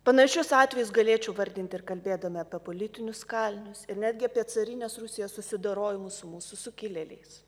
panašius atvejus galėčiau vardinti ir kalbėdami apie politinius kalinius ir netgi apie carinės rusijos susidorojimus su mūsų sukilėliais